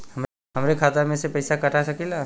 हमरे खाता में से पैसा कटा सकी ला?